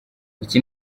iki